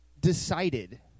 decided